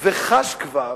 וחש כבר